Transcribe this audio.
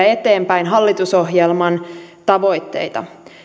eteenpäin hallitusohjelman tavoitteita